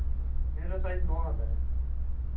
मेरा साइज़ नौ आता है